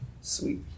Sweet